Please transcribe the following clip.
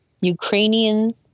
Ukrainian